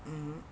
mmhmm